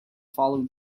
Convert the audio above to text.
follow